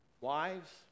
Wives